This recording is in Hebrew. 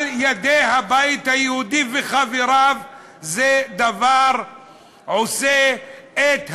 על-ידי הבית היהודי וחבריו, זה עושה את הממשלה,